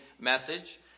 message